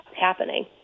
happening